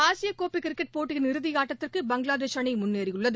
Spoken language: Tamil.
ஆசிய கோப்பை கிரிக்கெட் போட்டியின் இறுதி ஆட்டத்திற்கு பங்களாதேஷ் அணி முன்னேறியுள்ளது